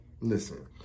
listen